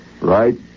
right